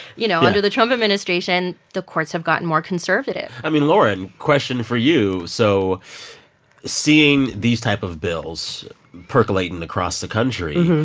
you know. yeah. under the trump administration the courts have gotten more conservative i mean, lauren, question for you. so seeing these type of bills percolating across the country,